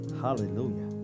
hallelujah